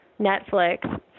Netflix